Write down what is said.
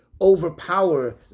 overpower